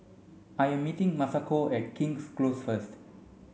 I am meeting Masako at King's Close first